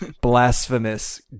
blasphemous